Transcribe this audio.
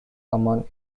common